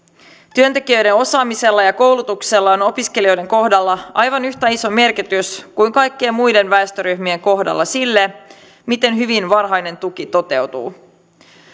työntekijöiden osaamisella ja koulutuksella on opiskelijoiden kohdalla aivan yhtä iso merkitys kuin kaikkien muiden väestöryhmien kohdalla sille miten hyvin varhainen tuki toteutuu